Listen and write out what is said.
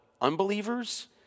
unbelievers